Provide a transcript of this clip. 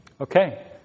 Okay